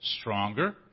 stronger